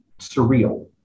surreal